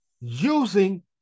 using